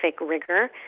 rigor